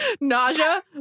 nausea